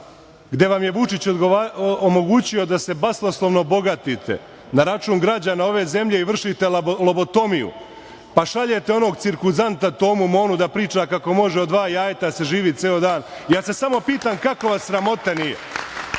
gde vam je Vučić omogućio da se basnoslovno bogatite na račun građana ove zemlje i vršite lobotomiju, pa šaljete onog cirkuzanta Tomu Monu da priča kako može od dva jajeta da se živi ceo dan. Ja se samo pitam kako vas sramota